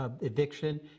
eviction